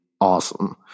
awesome